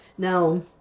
Now